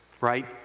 right